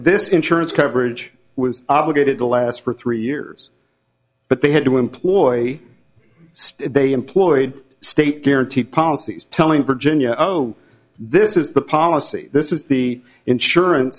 this insurance coverage was obligated to last for three years but they had to employ they employed state guaranteed policies telling virginia oh this is the policy this is the insurance